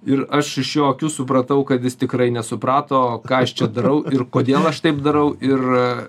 ir aš iš jo akių supratau kad jis tikrai nesuprato ką aš čia darau ir kodėl aš taip darau ir